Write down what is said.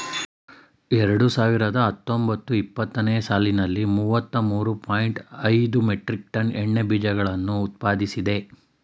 ಎರಡು ಸಾವಿರದ ಹತ್ತೊಂಬತ್ತು ಇಪ್ಪತ್ತನೇ ಸಾಲಿನಲ್ಲಿ ಮೂವತ್ತ ಮೂರು ಪಾಯಿಂಟ್ ಐದು ಮೆಟ್ರಿಕ್ ಟನ್ ಎಣ್ಣೆ ಬೀಜಗಳನ್ನು ಉತ್ಪಾದಿಸಿದೆ